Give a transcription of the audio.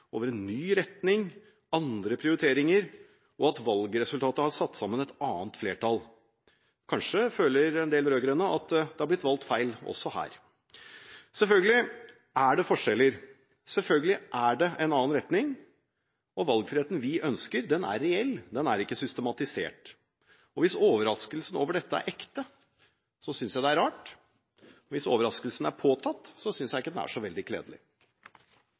over en ny retning og andre prioriteringer, og over at valgresultatet har satt sammen et annet flertall. Kanskje føler en del rød-grønne at det har blitt valgt feil også her. Selvfølgelig er det forskjeller. Selvfølgelig er det en annen retning. Valgfriheten vi ønsker, er reell – den er ikke systematisert. Hvis overraskelsen over dette er ekte, synes jeg det er rart. Hvis overraskelsen er påtatt, synes jeg ikke den er veldig